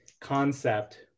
concept